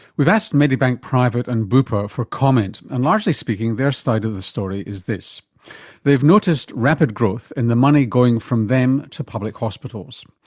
we've asked medibank private and bupa for comment, and largely speaking, their side of the story is this they've noticed rapid growth in the money going from them to public hospitals.